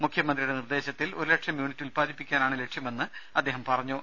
മുഖ്യമന്ത്രിയുടെ നിർദേശത്തിൽ ഒരു ലക്ഷം യൂണിറ്റ് ഉൽപാദിപ്പിക്കാനാണ് ലക്ഷ്യമെന്ന് അദ്ദേഹം പറഞ്ഞു